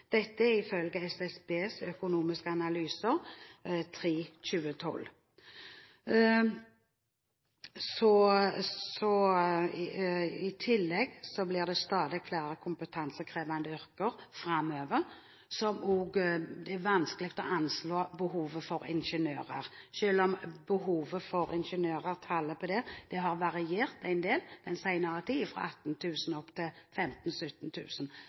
dette i følge SSBs økonomiske analyser 3/2012. I tillegg blir det stadig flere kompetansekrevende yrker framover. Det er vanskelig å anslå behovet for ingeniører, selv om tallet har variert en del den senere tid, fra 8 000 og opp til 15